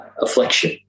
affliction